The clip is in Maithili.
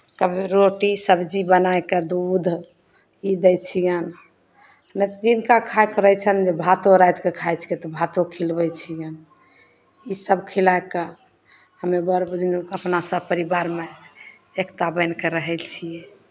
कभी रोटी सब्जी बनाए कऽ दूध ई दै छियनि नहि तऽ जिनका खायके रहै छनि भातो रातिकेँ खाइ छिके तऽ भातो खिलबै छियनि ईसभ खिलाय कऽ हमे बर बुझनुक अपना सभ परिवारमे एकता बनि कऽ रहै छियै